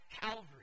Calvary